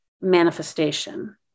manifestation